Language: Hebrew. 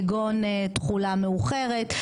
כגון תחולה מאוחרת,